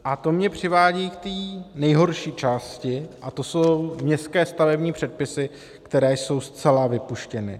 A to mě přivádí k té nejhorší části, a to jsou městské stavební předpisy, které jsou zcela vypuštěny.